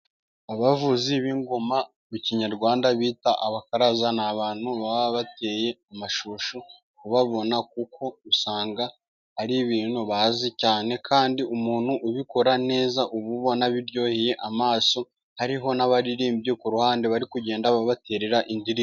Abavuzi b'ingoma mu kinyarwanda bita abakaraza, ni abantu baba bateye amashyushyu kubabona, kubera ko usanga ari ibintu bazi cyane, kandi umuntu ubikora neza uba ubona biryoheye amaso hariho n'abaririmbyi ku ruhande, bari kugenda batera indirimbo.